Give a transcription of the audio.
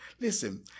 Listen